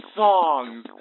songs